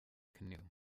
canoe